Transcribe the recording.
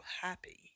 happy